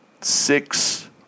six